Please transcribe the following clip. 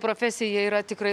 profesiją yra tikrai